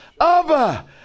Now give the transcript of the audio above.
Abba